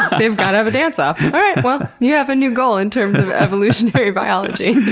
they've got to have a dance off. and you have a new goal in terms of evolutionary biology.